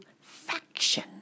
faction